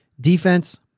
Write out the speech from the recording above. Defense